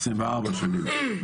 24 שנים.